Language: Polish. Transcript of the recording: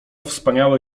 wspaniałe